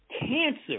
cancer